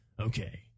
Okay